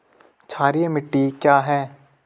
क्षारीय मिट्टी क्या है?